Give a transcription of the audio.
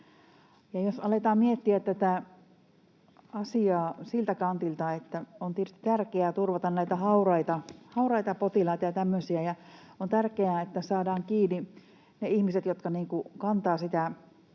Aletaan miettiä tätä asiaa siltä kantilta, että on tietysti tärkeää turvata hauraita potilaita ja tämmöisiä. On tärkeää, että saadaan kiinni ne ihmiset, jotka kantavat sitä